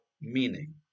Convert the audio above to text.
meaning